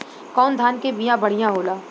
कौन धान के बिया बढ़ियां होला?